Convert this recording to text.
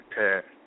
Okay